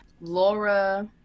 Laura